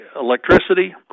electricity